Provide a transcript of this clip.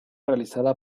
realizada